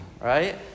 right